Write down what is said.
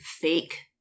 fake